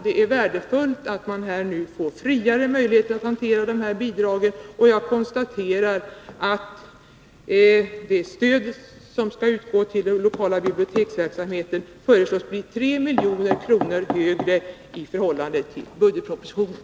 Det är värdefullt att kulturrådet nu ges friare möjligheter att hantera bidragen, och jag konstaterar att det stöd som skall utgå till den lokala biblioteksverksamheten i utskottets betänkande föreslås bli 3 milj.kr. högre är det ursprungliga förslaget i budgetpropositionen.